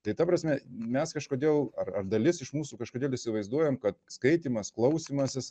tai ta prasme mes kažkodėl ar ar dalis iš mūsų kažkodėl įsivaizduojam kad skaitymas klausymasis